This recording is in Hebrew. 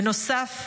בנוסף,